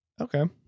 Okay